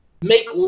make